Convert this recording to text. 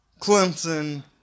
Clemson